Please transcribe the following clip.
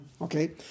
Okay